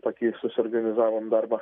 tokį susiorganizavom darbą